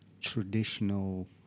traditional